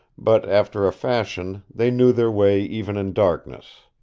but, after a fashion, they knew their way even in darkness.